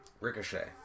Ricochet